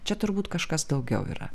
čia turbūt kažkas daugiau yra